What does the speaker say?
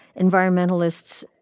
environmentalists